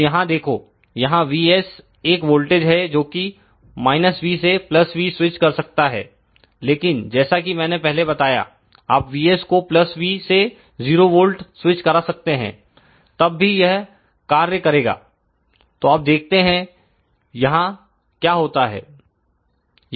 तो यहां देखो यहां Vs एक वोल्टेज है जोकि V से V स्विच कर सकता है लेकिन जैसा कि मैंने पहले बताया आप Vs को V से 0 बोल्ट स्विच करा सकते हैं तब भी यह कार्य करेगा तो अब देखते हैं यहां क्या होता है